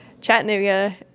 Chattanooga